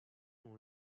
ont